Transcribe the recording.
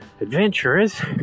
adventurers